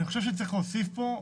אני חושב שצריך להוסיף פה,